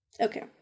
Okay